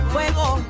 Fuego